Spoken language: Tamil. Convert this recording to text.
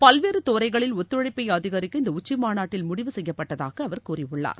பல்வேறு துறைகளில் ஒத்துழைப்பை அதிகரிக்க இந்த உச்சி மாநாட்டில் முடிவு செய்யப்பட்டதாக அவர் கூறியுள்ளார்